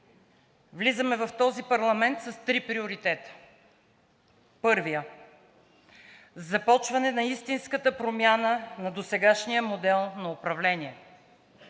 влизаме в този парламент с три приоритета. Първият – започване на истинската промяна на досегашния модел на управление,